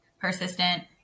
persistent